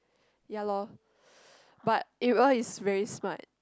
ya lor but Ariel is very smart